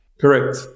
Correct